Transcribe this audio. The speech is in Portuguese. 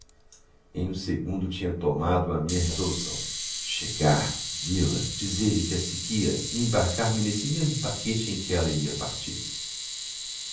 em um segundo tinha tomado a minha resolução chegar vê-la dizer-lhe que a seguia e embarcar me nesse mesmo paquete em que ela ia partir